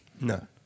No